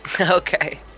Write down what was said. Okay